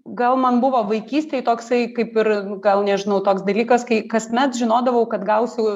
gal man buvo vaikystėj toksai kaip ir gal nežinau toks dalykas kai kasmet žinodavau kad gausiu